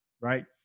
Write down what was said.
right